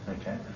Okay